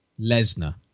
Lesnar